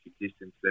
existence